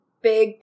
big